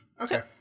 Okay